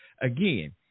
Again